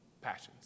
Passions